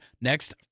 next